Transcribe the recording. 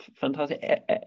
fantastic